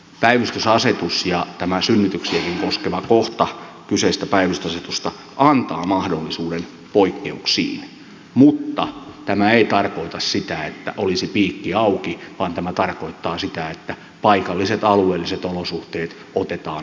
päivystysasetus ja tämä synnytyksiäkin koskeva kohta kyseisestä päivystysasetuksesta antaa mahdollisuuden poikkeuksiin mutta tämä ei tarkoita sitä että olisi piikki auki vaan tämä tarkoittaa sitä että paikalliset alueelliset olosuhteet otetaan huomioon